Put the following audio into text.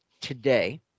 today